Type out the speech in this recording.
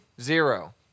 Zero